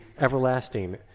everlasting